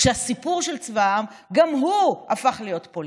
כשהסיפור של צבא העם גם הוא הפך להיות פוליטי?